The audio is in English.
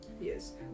Yes